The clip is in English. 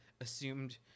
assumed